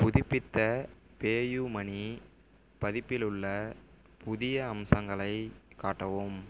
புதுப்பித்த PayUmoney பதிப்பில் உள்ள புதிய அம்சங்களை காட்டவும்